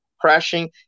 crashing